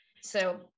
So-